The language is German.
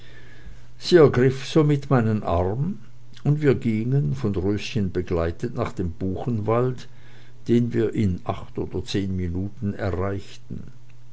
sie ergriff somit meinen arm und wir gingen von röschen begleitet nach dem buchenwald den wir in acht oder zehn minuten erreichten